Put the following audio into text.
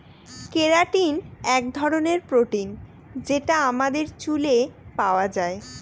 keratin এক ধরনের protein যেটা আমাদের চুলে পাওয়া যায়